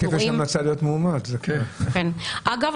אגב,